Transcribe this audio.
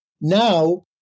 Now